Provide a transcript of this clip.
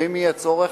ואם יהיה צורך,